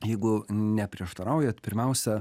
jeigu neprieštaraujat pirmiausia